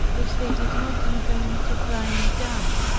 which they did not invent to cry me down.